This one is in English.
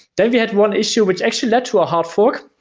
then we had one issue which actually led to a hard fork,